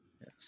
Yes